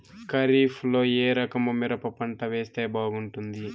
ఖరీఫ్ లో ఏ రకము మిరప పంట వేస్తే బాగుంటుంది